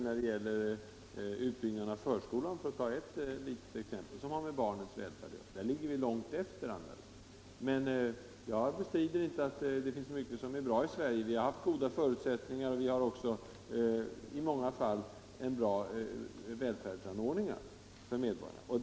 När det gäller utbyggnad av förskolan — för att ta ett exempel som har med barnens välfärd att göra — ligger vi långt efter andra länder. Men jag bestrider inte att det finns mycket som är bra i Sverige. Vi har haft goda förutsättningar och har också i många fall bra välfärdsanordningar för medborgarna.